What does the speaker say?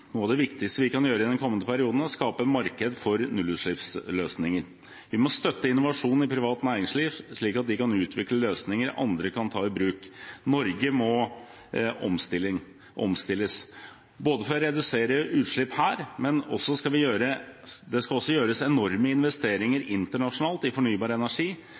Noe av det viktigste vi kan gjøre i den kommende perioden, er å skape marked for nullutslippsløsninger. Vi må støtte innovasjon i privat næringsliv, slik at de kan utvikle løsninger andre kan ta i bruk. Norge må omstilles, for å redusere utslipp her, men det skal også gjøres enorme investeringer internasjonalt i fornybar energi,